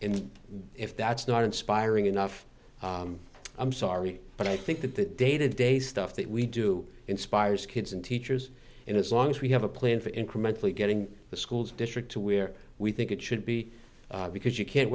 and if that's not inspiring enough i'm sorry but i think that the day to day stuff that we do inspires kids and teachers and as long as we have a plan for incrementally getting the schools district to where we think it should be because you can't